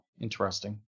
Interesting